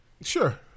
Sure